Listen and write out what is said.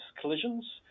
collisions